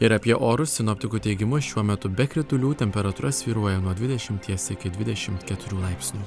ir apie orus sinoptikų teigimu šiuo metu be kritulių temperatūra svyruoja nuo dvidešimties iki dvidešimt keturių laipsnių